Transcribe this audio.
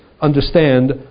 understand